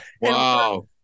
Wow